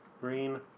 Green